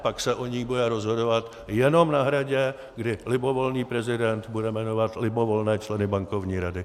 Pak se o ní bude rozhodovat jenom na Hradě, kdy libovolný prezident bude jmenovat libovolné členy Bankovní rady.